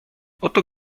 oto